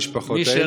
למשפחות האלה.